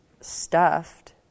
stuffed